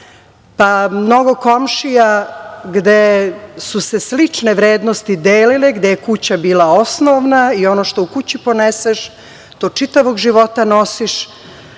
pa, mnogo komšija gde su se slične vrednosti delile, gde je kuća bila osnovna i ono što u kući poneseš to čitavog života nosiš